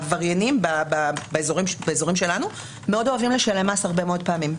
העבריינים באזורים שלנו מאוד אוהבים לשלם מס הרבה מאוד פעמים,